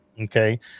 okay